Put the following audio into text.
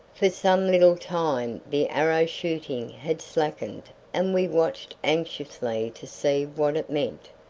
for some little time the arrow shooting had slackened and we watched anxiously to see what it meant,